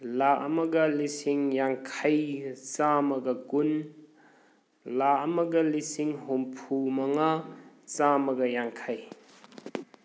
ꯂꯥꯈ ꯑꯃꯒ ꯂꯤꯁꯤꯡ ꯌꯥꯡꯈꯩꯒ ꯆꯥꯝꯃꯒ ꯀꯨꯟ ꯂꯥꯈ ꯑꯃꯒ ꯂꯤꯁꯤꯡ ꯍꯨꯝꯐꯨ ꯃꯉꯥ ꯆꯥꯝꯃꯒ ꯌꯥꯡꯈꯩ